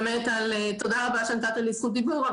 תודה רבה שנתת לי זכות דיבור.